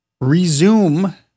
resume